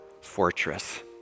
fortress